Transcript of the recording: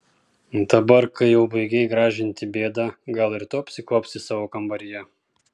dabar kai jau baigei gražinti bėdą gal ir tu apsikuopsi savo kambaryje